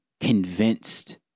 convinced